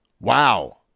wow